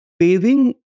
paving